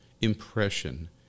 impression